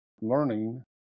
learning